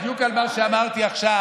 בדיוק על מה שאמרתי עכשיו.